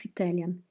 Italian